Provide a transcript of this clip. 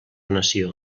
nació